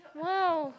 !wow!